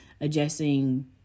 adjusting